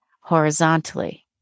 horizontally